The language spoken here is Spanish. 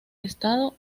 estado